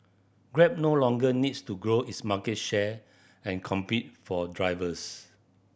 grab no longer needs to grow its market share and compete for drivers